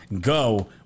go